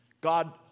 God